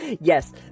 Yes